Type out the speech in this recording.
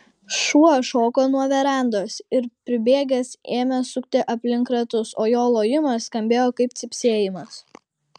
šuo šoko nuo verandos ir pribėgęs ėmė sukti aplink ratus o jo lojimas skambėjo kaip cypsėjimas